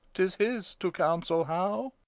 tis his to counsel how.